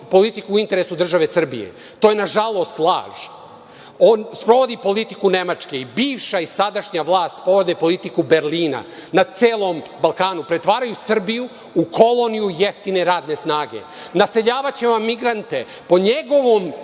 politiku u interesu države Srbije. To je, nažalost, laž. On sprovodi politiku Nemačke. I bivša i sadašnja vlast sprovode politiku Berlina na celom Balkanu, pretvaraju Srbiju u koloniju jeftine radne snage. Naseljavaće vam migrante. Po njegovim